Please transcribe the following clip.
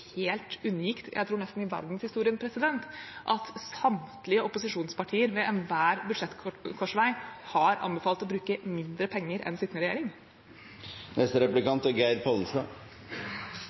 helt unikt – jeg tror nesten i verdenshistorien – at samtlige opposisjonspartier ved enhver budsjettkorsvei har anbefalt å bruke mindre penger enn sittende regjering.